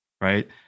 right